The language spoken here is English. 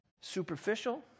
superficial